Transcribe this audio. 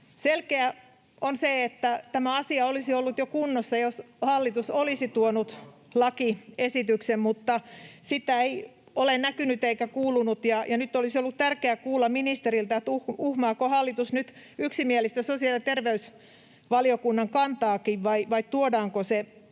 selkeää on se, että tämä asia olisi ollut jo kunnossa, jos hallitus olisi tuonut lakiesityksen, mutta sitä ei ole näkynyt eikä kuulunut. [Vastauspuheenvuoropyyntöjä sosiaalidemokraattien ryhmästä] Nyt olisi ollut tärkeää kuulla ministeriltä, uhmaako hallitus nyt yksimielistä sosiaali- ja terveysvaliokunnan kantaakin vai tuodaanko se esitys